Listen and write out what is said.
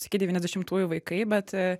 sakei devyniasdešimtųjų vaikai bet